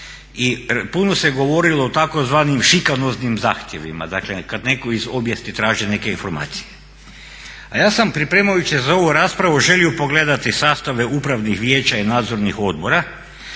i puno se govorilo o tzv. šikanoznim zahtjevima, dakle kad netko iz obijesti traži neke informacije. A ja sam pripremajući se za ovu raspravu želio pogledati sastave upravnih vijeća i nadzornih odbora